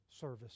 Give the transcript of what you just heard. service